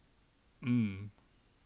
mm